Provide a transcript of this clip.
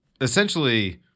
essentially